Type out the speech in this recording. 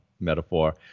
metaphor